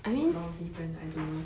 lousy brand I don't know